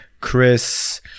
Chris